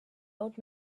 old